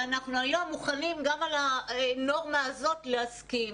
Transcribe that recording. ואנחנו היום מוכנים גם על הנורמה הזאת להסכים.